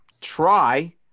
try